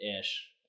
ish